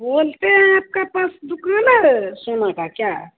बोलते हैं आपके पास दुकान है सोना का क्या